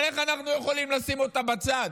אבל איך אנחנו יכולים לשים אותה בצד,